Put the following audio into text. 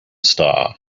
star